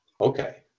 Okay